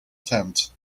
tent